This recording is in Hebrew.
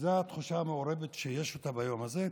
זו התחושה המעורבת שיש ביום הזה,